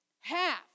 Half